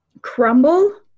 crumble